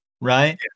right